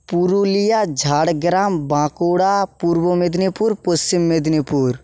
Purulia Jhargram Bankura Purba Medinipur Paschim Medinipur